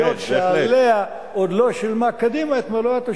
שעליהן עוד לא שילמה קדימה את מלוא התשלום.